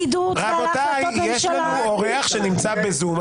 רבותיי, יש לנו אורח שנמצא בזום.